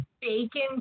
Bacon